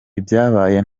ibyabaye